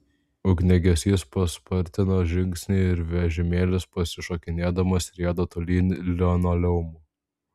ugniagesys paspartina žingsnį ir vežimėlis pasišokinėdamas rieda tolyn linoleumu